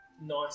Nice